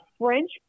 French